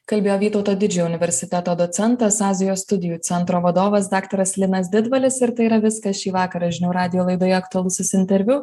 kalbėjo vytauto didžiojo universiteto docentas azijos studijų centro vadovas daktaras linas didvalis ir tai yra viskas šį vakarą žinių radijo laidoje aktualusis interviu